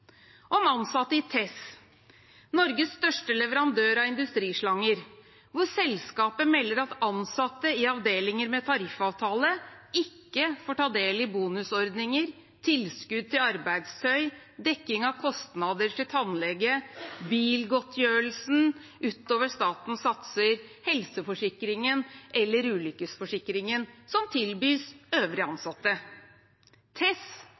om ansatte i TESS, Norges største leverandør av industrislanger, hvor selskapet melder at ansatte i avdelinger med tariffavtale ikke får ta del i bonusordninger, tilskudd til arbeidstøy, dekking av kostnader til tannlege, bilgodtgjørelse utover statens satser eller helseforsikring eller ulykkesforsikring som tilbys øvrige